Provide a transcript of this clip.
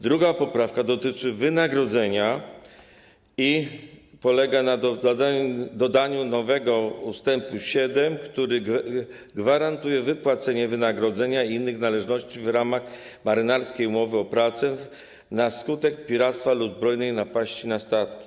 Druga poprawka dotyczy wynagrodzenia i polega na dodaniu nowego ust. 7, który gwarantuje wypłacenie wynagrodzenia i innych należności w ramach marynarskiej umowy o pracę na skutek piractwa lub zbrojnej napaści na statki.